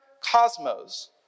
cosmos